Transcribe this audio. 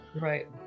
Right